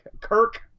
Kirk